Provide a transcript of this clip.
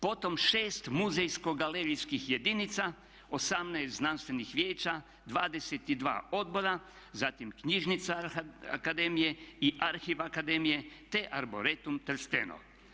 Potom 6 muzejsko galerijskih jedinica, 18 znanstvenih vijeća, 22 odbora, zatim Knjižnica akademije i Arhiv akademije te Arboretum Trsteno.